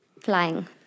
flying